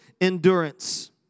endurance